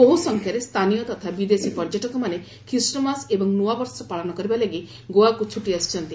ବହୁ ସଂଖ୍ୟାରେ ସ୍ଥାନୀୟ ତଥା ବିଦେଶୀ ପର୍ଯ୍ୟଟକମାନେ ଖ୍ରୀଷ୍ଟମାସ ଏବଂ ନ୍ନଆବର୍ଷ ପାଳନ କରିବା ଲାଗି ଗୋଆକୁ ଛୁଟି ଆସିଛନ୍ତି